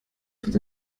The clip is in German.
wird